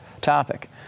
topic